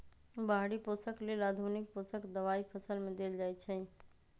बाहरि पोषक लेल आधुनिक पोषक दबाई फसल में देल जाइछइ